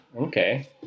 Okay